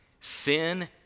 Sin